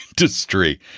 industry